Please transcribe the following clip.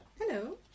hello